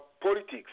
politics